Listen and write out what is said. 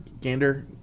Gander